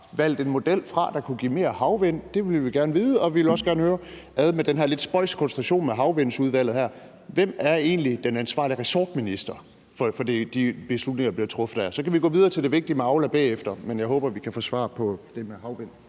valgt en model fra, der kunne give mere energi fra havvind? Det vil vi gerne vide, og vi vil også gerne høre om den her lidt spøjse konstruktion med havvindsudvalget her. Hvem er egentlig den ansvarlige ressortminister for de beslutninger, der bliver truffet der? Så kan vi gå videre til det vigtige med Aula bagefter, men jeg håber, at vi kan få svar på det med havvind